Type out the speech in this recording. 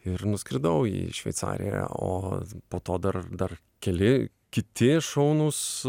ir nuskridau į šveicariją o po to dar dar keli kiti šaunūs